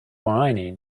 whining